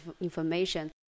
information